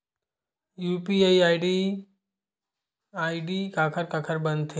UPI ID काखर काखर बनथे?